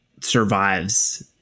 survives